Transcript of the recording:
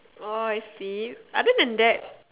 orh I see other than that